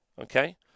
Okay